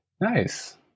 Nice